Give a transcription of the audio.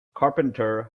carpenter